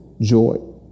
joy